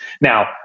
Now